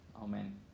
Amen